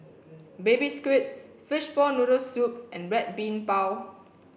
baby squid fishball noodle soup and red bean bao